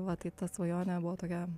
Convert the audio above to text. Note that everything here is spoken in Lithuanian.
va tai ta svajonė buvo tokia